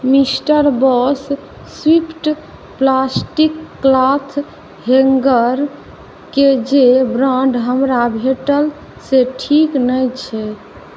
mister boss swift plastic cloth हैंगरके जे ब्राड हमरा भेटल से ठीक नहि छै